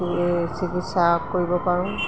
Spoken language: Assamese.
কি এই চিকিৎসা কৰিব পাৰোঁ